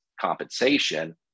compensation